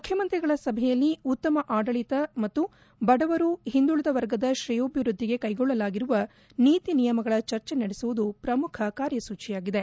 ಮುಖ್ಯಮಂತ್ರಿಗಳ ಸಭೆಯಲ್ಲಿ ಉತ್ತಮ ಆಡಳಿತ ಮತ್ತು ಬಡವರು ಹಿಂದುಳಿದ ವರ್ಗದ ಶ್ರೇಯೋಭಿವೃದ್ದಿಗೆ ಕೈಗೊಳ್ಳಲಾಗಿರುವ ನೀತಿ ನಿಯಮಗಳ ಚರ್ಚೆ ನಡೆಸುವುದು ಪ್ರಮುಖ ಕಾರ್ಯಸೂಚಿ ಆಗಿದೆ